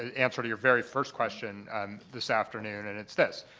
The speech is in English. ah answer to your very first question um this afternoon, and it's this.